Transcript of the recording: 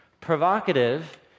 provocative